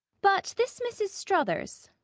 but this mrs. struthers,